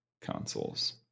consoles